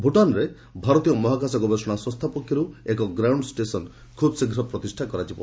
ଭୁଟାନରେ ଭାରତୀୟ ମହାକାଶ ଗବେଷଣା ସଂସ୍ଥା ପକ୍ଷରୁ ଏକ ଗ୍ରାଉଣ୍ଡ ଷ୍ଟେସନ୍ ଖୁବ୍ ଶୀଘ୍ର ପ୍ରତିଷ୍ଠା କରାଯିବ